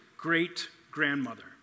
great-grandmother